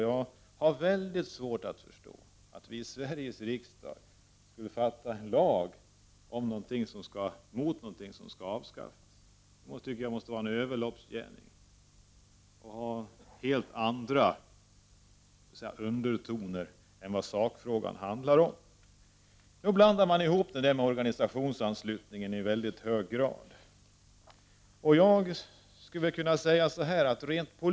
Jag har mycket svårt att förstå att vi i Sveriges riksdag skulle stifta en lag mot någonting som skall avskaffas; det skulle vara en överloppsgärning och ha helt andra undertoner än vad sakfrågan handlar om. Nu blandar man ihop begreppen i mycket hög grad när det gäller organisationsanslutningen.